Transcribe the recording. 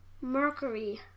Mercury